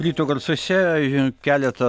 ryto garsuose keletas publikacijų